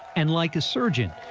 and like a surgeon.